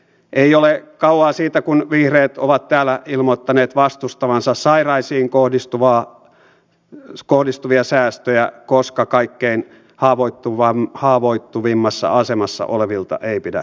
ei ole kauan siitä kun vihreät ovat täällä ilmoittaneet vastustavansa sairaisiin kohdistuvia säästöjä koska kaikkein haavoittuvimmassa asemassa olevilta ei pidä leikata